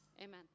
amen